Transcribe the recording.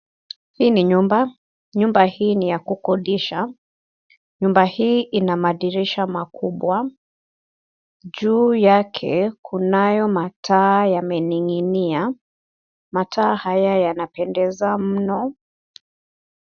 Hii ni nyumba, nyumba hii ni ya kukodisha, nyumba hii ina madirisha makubwa juu yake kunayo mataa yameninginia mataa haya yanapendeza mno.